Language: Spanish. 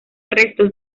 restos